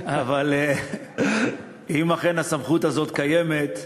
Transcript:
אבל אם אכן הסמכות הזאת קיימת,